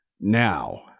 now